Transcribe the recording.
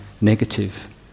negative